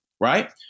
Right